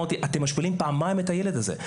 אז אמרתי, אתם משפילים פעמיים את הילד הזה.